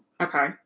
Okay